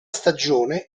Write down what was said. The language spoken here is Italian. stagione